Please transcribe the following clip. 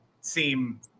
seem